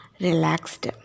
relaxed